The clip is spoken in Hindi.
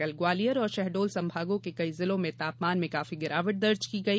कल ग्वालियर और शहडोल संभागों के कई जिलों में तापमान में काफी गिरावट दर्ज की गई